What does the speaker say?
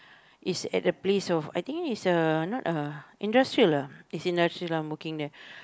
it's at a place of I think it's a it's not a industrial it's industrial I'm working there